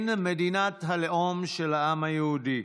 כן, מדינת הלאום של העם היהודי,